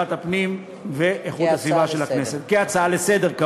לוועדת הפנים והגנת הסביבה של הכנסת כהצעה לסדר-היום,